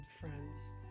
friends